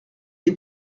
est